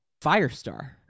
Firestar